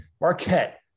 Marquette